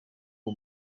uwo